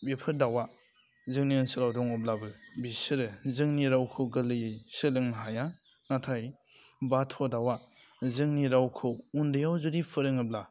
बेफोद दावा जोंनि ओनसोलाव दङब्लाबो बिसोरो जोंनि रावखौ गोरलैयै सोलों हाया नाथाय बाथ' दावा जोंनि रावखौ उन्दैयाव जुदि फोरोङोब्ला